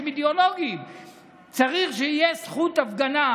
ארגוני הקירוב של אל המעיין, ערכים, חב"ד,